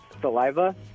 saliva